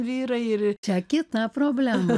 vyrai ir čia kita problema